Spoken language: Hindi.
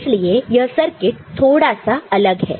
इसलिए यह सर्किट थोड़ा सा अलग है